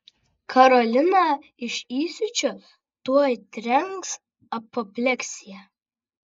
karoliną iš įsiūčio tuoj trenks apopleksija